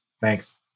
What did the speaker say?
Thanks